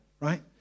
right